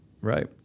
Right